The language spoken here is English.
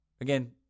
Again